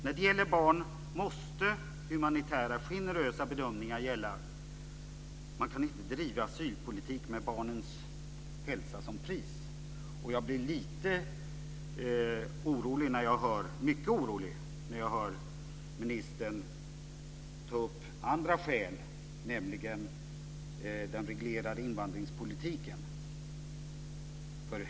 När det gäller barn måste humanitära, generösa bedömningar gälla. Man kan inte driva asylpolitik med barnens hälsa som pris. Jag blir mycket orolig när jag hör ministern ta upp andra skäl, nämligen den reglerade invandringspolitiken.